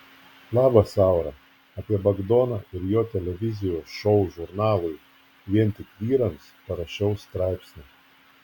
labas aura apie bagdoną ir jo televizijos šou žurnalui vien tik vyrams parašiau straipsnį